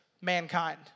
mankind